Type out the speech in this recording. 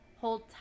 Hold